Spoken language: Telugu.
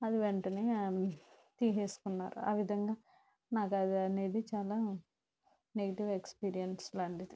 అది వెంటనే ఆ తీసేసుకున్నారు ఆ విధంగా నాకదనేది చాల నెగటివ్ ఎక్స్పీరియన్స్ లాంటిది